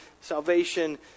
salvation